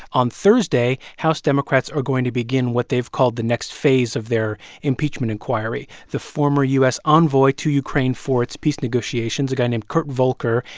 on thursday, house democrats are going to begin what they've called the next phase of their impeachment inquiry. the former u s. envoy to ukraine for its peace negotiations, a guy named kurt volker,